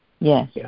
Yes